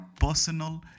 personal